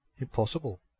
Impossible